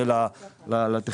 לא קיבלנו לגבי אמצעים טכנולוגיים.